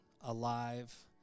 alive